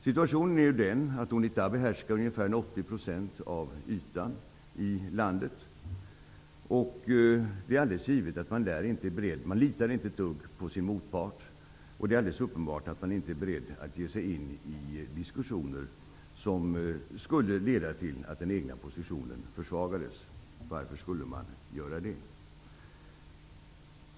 Situationen är den att Unita behärskar ungefär 80 % av landets yta. Det är givet att man där inte litar ett dugg på sin motpart. Det är uppenbart att man inte är beredd att ge sig in i diskussioner som skulle leda till att den egna positionen försvagades. Varför skulle man göra det?